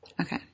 Okay